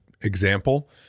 example